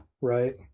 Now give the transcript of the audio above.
right